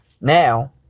Now